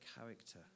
character